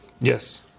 Yes